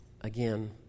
again